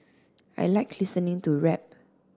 I like listening to rap